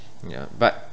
yeah but